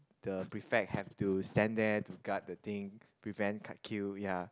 the prefect have to stand there to guard the thing to prevent cut queue ya